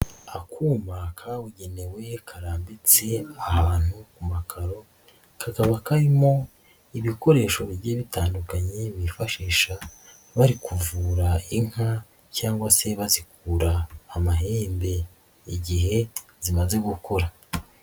Akuma kabugenewe karambitse ahantu ku makaro, kakaba karimo ibikoresho bigiye bitandukanye bifashisha bari kuvura inka cyangwa se bazikura amahembe igihe zimaze gukura.